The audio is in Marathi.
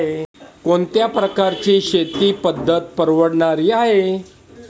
कोणत्या प्रकारची शेती पद्धत परवडणारी आहे?